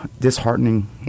disheartening